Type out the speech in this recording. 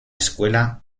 escuela